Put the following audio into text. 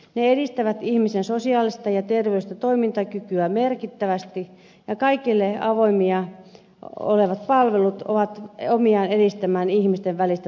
ne edistävät ihmisen sosiaalista ja terveydellistä toimintakykyä merkittävästi ja kaikille avoimina olevat palvelut ovat omiaan edistämään ihmisten välistä tasa arvoa